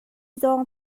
zawng